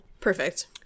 Perfect